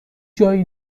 جایی